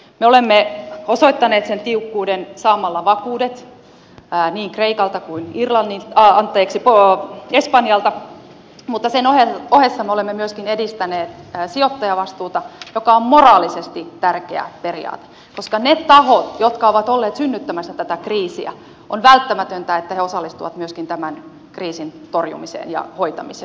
me olemme osoittaneet sen tiukkuuden saamalla vakuudet niin kreikalta kuin espanjalta mutta sen ohessa me olemme myöskin edistäneet sijoittajavastuuta joka on moraalisesti tärkeä periaate koska on välttämätöntä että ne tahot jotka ovat olleet synnyttämässä tätä kriisiä osallistuvat myöskin tämän kriisin torjumiseen ja hoitamiseen